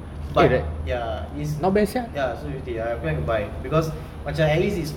but ya it's ya it's two fifty I'm planning to buy because macam at least it's